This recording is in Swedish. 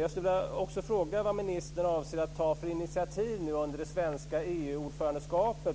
Jag skulle också vilja fråga vilka initiativ som ministern avser att ta under det svenska ordförandeskapet i EU